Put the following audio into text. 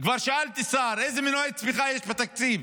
כבר שאלתי שר: איזה מנועי צמיחה יש בתקציב?